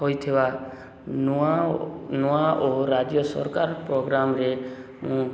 ହୋଇଥିବା ନୂଆ ନୂଆ ଓ ରାଜ୍ୟ ସରକାର ପ୍ରୋଗ୍ରାମରେ ମୁଁ